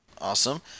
awesome